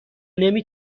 نمی